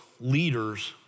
leaders